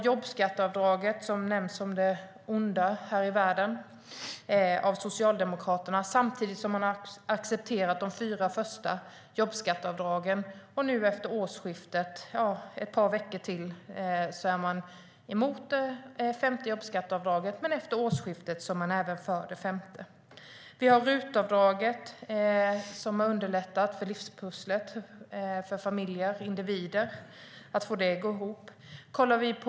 Jobbskatteavdraget nämns som det onda här i världen av Socialdemokraterna, samtidigt som man har accepterat de fyra första jobbskatteavdragen. Man är emot det femte jobbskatteavdraget ett par veckor till, men efter årsskiftet är man för även det femte. Vi har RUT-avdraget, som underlättat för familjer och individer att få livspusslet att gå ihop.